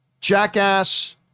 jackass